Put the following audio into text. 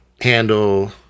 handle